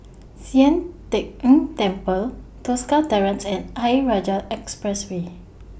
Sian Teck Tng Temple Tosca Terrace and Ayer Rajah Expressway